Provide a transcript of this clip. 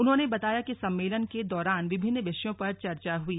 उन्होंने बताया कि सम्मेलन के दौरान विभिन्न विषयों पर चर्चा हुई